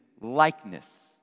likeness